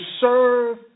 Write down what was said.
serve